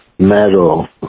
Metal